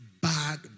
Bad